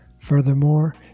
Furthermore